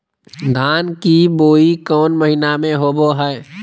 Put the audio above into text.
धान की बोई कौन महीना में होबो हाय?